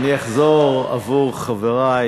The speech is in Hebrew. אני אחזור עבור חברי